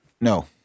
No